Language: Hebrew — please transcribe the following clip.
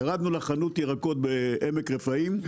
ירדנו לחנות ירקות בעמק רפאים,